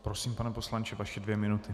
Prosím, pane poslanče, vaše dvě minuty.